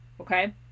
okay